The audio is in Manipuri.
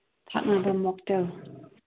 ꯊꯛꯅꯕ ꯃꯣꯛꯇꯦꯜ